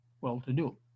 well-to-do